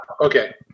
Okay